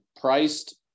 priced